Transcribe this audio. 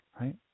right